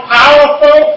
powerful